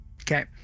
Okay